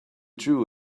drew